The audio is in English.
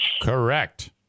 Correct